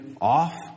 off